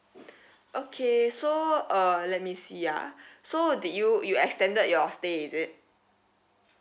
okay so uh let me see ah so did you you extended your stay is it